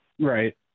Right